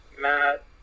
Matt